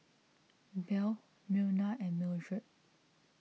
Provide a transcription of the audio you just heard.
Belle Myrna and Mildred